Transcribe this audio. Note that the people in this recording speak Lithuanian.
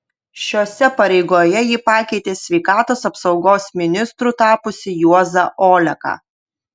šiose pareigoje ji pakeitė sveikatos apsaugos ministru tapusį juozą oleką